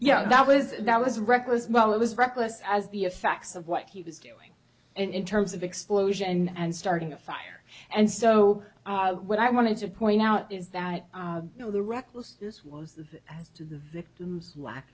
yeah that was that was reckless while it was reckless as the effects of what he was doing in terms of explosion and starting a fire and so what i wanted to point out is that no the reckless this was as to the victim's lack